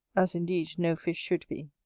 as indeed no fish should be.